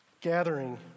Gathering